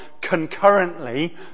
concurrently